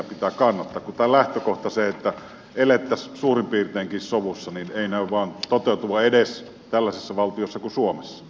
kun tämän lähtökohta on se että elettäisiin suurin piirteinkin sovussa niin ei näy vain toteutuvan edes tällaisessa valtiossa kuin suomessa